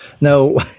No